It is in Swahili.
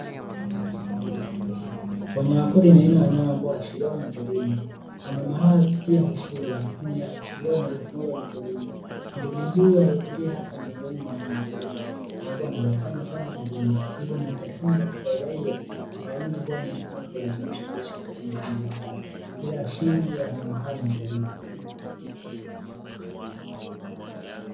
Wanyama pori ni aina ya wanyama ambao asili yao ni porini, wanyama hawa pia hufugwa lakini asili yao moja kwa moja ni porini. Ndege huyu aliyetulia hapa ni miongoni mwa wanyama pori ambapo wanapatikana sana porini, hivyo wanapopatikana katika uraia mara nyingi hulazimishwa kuishi katika mazingira hayo ila asili ya wanyama hawa ni porini.